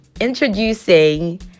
introducing